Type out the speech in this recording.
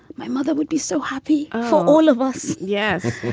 my mother would be so happy for all of us yes.